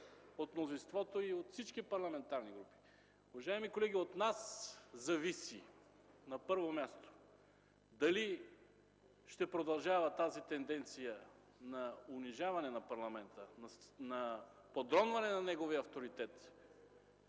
от мнозинството и от всички парламентарни групи: уважаеми колеги, от нас зависи на първо място, дали ще продължава тази тенденция на унижаване на парламента, на уронване на неговия авторитет,